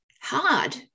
hard